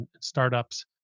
startups